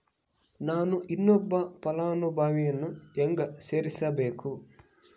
ನಾನು ಇನ್ನೊಬ್ಬ ಫಲಾನುಭವಿಯನ್ನು ಹೆಂಗ ಸೇರಿಸಬೇಕು?